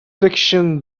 fiction